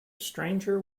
stranger